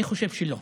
אני חושב שלא.